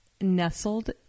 nestled